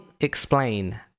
explain